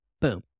boom